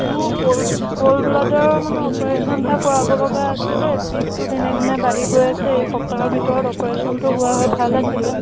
মোৰ গ'ল্ড গ'ল্ডব্লাডাৰৰ মানে অপাৰেচন এটা কৰাব লগা আছিলে বিষটো দিনে দিনে বাঢ়ি গৈ আছে এই সপ্তাহৰ ভিতৰত অপাৰেচনটো হোৱা হ'লে ভাল আছিলে